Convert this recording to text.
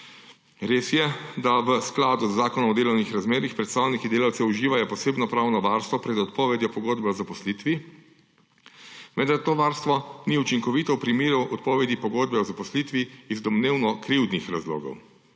Res je, da v skladu z Zakonom o delovnih razmerjih predstavniki delavcev uživajo posebno pravno varstvo pred odpovedjo pogodbe o zaposlitvi, vendar to varstvo ni učinkovito v primeru odpovedi pogodbe o zaposlitvi iz domnevno krivdnih razlogov.